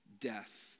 death